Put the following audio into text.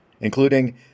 including